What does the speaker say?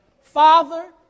Father